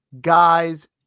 guys